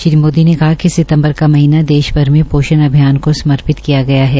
श्री मोदी ने कहा कि सितंबर का महीना दे भर में पोशण अभियान को समर्पित किया गया है